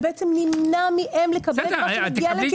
שנמנע מהם לקבל מה שמגיע להם,